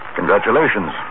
Congratulations